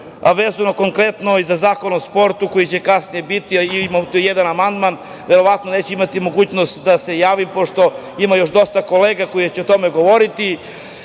a vezano konkretno i za Zakon o sportu, koji će kasnije biti. Imam tu jedan amandman. Verovatno neću imati mogućnost da se javim, pošto ima još dosta kolega koji će o tome govoriti.